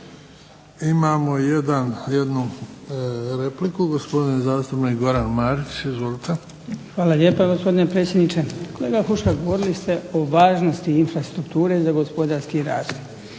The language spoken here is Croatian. jedan, jednu repliku, gospodin zastupnik Goran Marić. Izvolite. **Marić, Goran (HDZ)** Hvala lijepa gospodine predsjedniče. Kolega Huška govorili ste o važnosti infrastrukture za gospodarski razvoj.